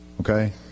Okay